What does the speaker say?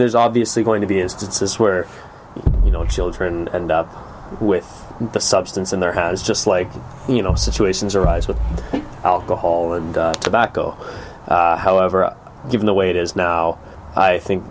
there's obviously going to be instances where you know children and up with the substance and there has just like you know situations arise with alcohol and tobacco however given the way it is now i think